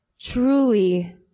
truly